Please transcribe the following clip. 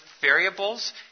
variables